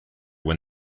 when